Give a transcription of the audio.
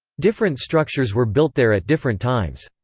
different structures were built there at different times.